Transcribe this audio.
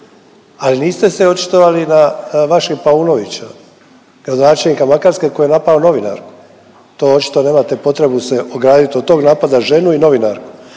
ali niste se očitovali na vašeg Paunovića, gradonačelnika Makarske koji je napao novinarku, to očito nemate potrebu se ogradit od tog napada, ženu i novinarku.